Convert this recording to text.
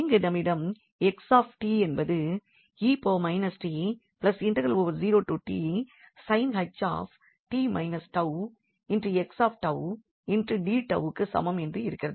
இங்கு நம்மிடம் 𝑥𝑡 என்பது க்குச் சமம் என்று இருக்கிறது